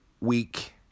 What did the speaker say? week